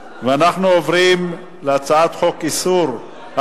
אוקיי, ביקשת שזה יעבור לוועדת